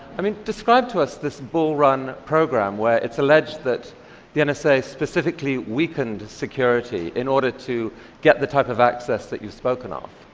i mean, describe to us this bullrun program where it's alleged that the and nsa specifically weakened security in order to get the type of access that you've spoken um